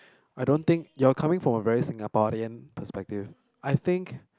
I don't think you are coming from a very Singaporean perspective I think